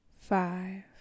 five